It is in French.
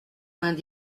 vingt